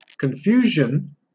confusion